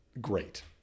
great